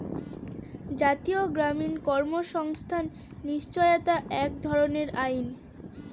জাতীয় গ্রামীণ কর্মসংস্থান নিশ্চয়তা এক ধরনের আইন